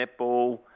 netball